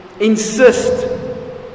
insist